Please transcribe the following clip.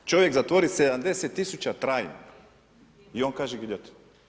Čovjek zatvori 70 000 trajno, i on kaže giljotina.